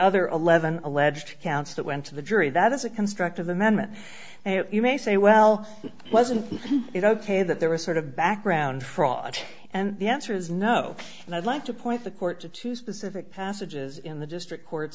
other eleven alleged counts that went to the jury that is a constructive amendment you may say well wasn't it ok that there was sort of back around fraud and the answer is no and i'd like to point the court to two specific passages in the district court